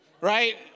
right